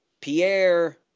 Pierre